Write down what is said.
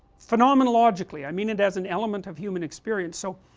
phenomenologically, i mean it as an element of human experiance, so